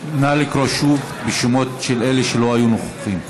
נא לקרוא שוב בשמות של אלה שלא היו נוכחים.